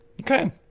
okay